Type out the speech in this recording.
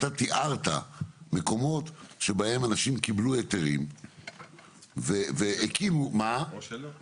תיארת מקומות שבהם אנשים קיבלו היתרים והקימו --- או שלא.